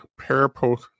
Parapost